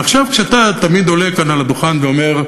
ועכשיו, אתה תמיד עולה כאן על הדוכן ואומר: